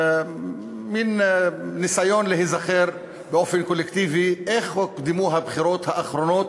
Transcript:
מין ניסיון להיזכר באופן קולקטיבי איך הוקדמו הבחירות האחרונות,